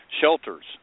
Shelters